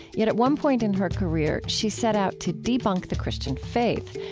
yet, at one point in her career, she set out to debunk the christian faith.